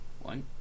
one